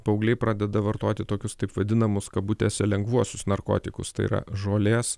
paaugliai pradeda vartoti tokius taip vadinamus kabutėse lengvuosius narkotikus tai yra žolės